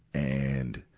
and,